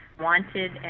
wanted